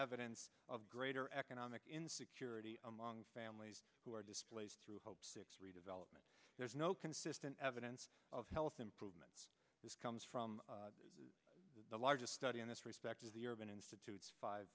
evidence of greater economic insecurity among families who are displaced through hope six redevelopment there's no consistent evidence of health improvement this comes from the largest study in this respect of the urban institute five